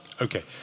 Okay